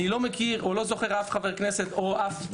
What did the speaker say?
אני לא מכיר או לא זוכר אף חבר כנסת או משתתף